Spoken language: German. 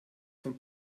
von